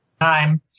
time